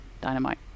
dynamite